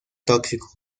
tóxico